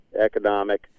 economic